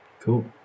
Cool